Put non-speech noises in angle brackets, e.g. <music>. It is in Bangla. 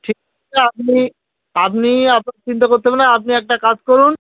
ঠিক <unintelligible> আপনি আপনি অত চিন্তা করতে হবে না আপনি একটা কাজ করুন